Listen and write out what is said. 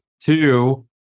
Two